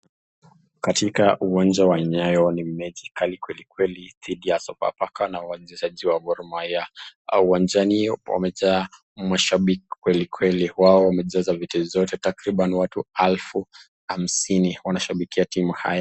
Katika uwanja ya nyayo ni mechi kali kweli kweki, dhidi ya wachezaji wa golmahia uwanjani wamejaa mashabiki, kweli kweli wao wamejeza viti, takriban watu elfu hamsini wanashabikia timu haya.